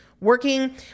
working